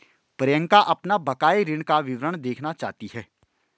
प्रियंका अपना बकाया ऋण का विवरण देखना चाहती है